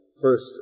first